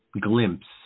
glimpse